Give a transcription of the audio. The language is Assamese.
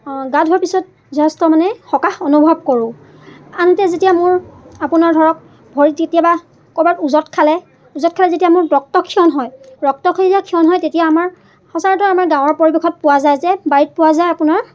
অঁ গা ধোৱাৰ পিছত যথেষ্ট মানে সকাহ অনুভৱ কৰোঁ আনহাতে যেতিয়া মোৰ আপোনাৰ ধৰক ভৰিত কেতিয়াবা ক'ৰবাত উজত খালে উজত খায় যেতিয়া মোৰ ৰক্ত ক্ষণ হয় ৰক্তখিনি যেতিয়া ক্ষৰণ হয় তেতিয়া আমাৰ সচৰাচৰ আমাৰ গাঁৱৰ পৰিৱেশত পোৱা যায় যে বাৰীত পোৱা যায় আপোনাৰ